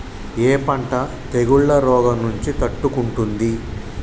ఏ పంట తెగుళ్ల రోగం నుంచి తట్టుకుంటుంది?